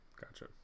Gotcha